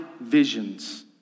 visions